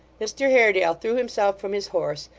mr haredale threw himself from his horse,